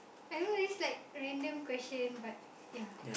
I don't know this is like random question but yeah